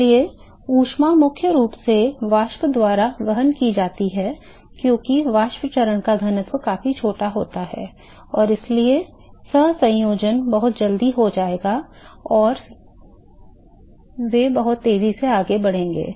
इसलिए ऊष्मा मुख्य रूप से वाष्प द्वारा वहन की जाती है क्योंकि वाष्प चरण का घनत्व काफी छोटा होता है और इसलिए सहसंयोजन बहुत जल्दी हो जाएगा और वे बहुत तेज़ी से आगे बढ़ेंगे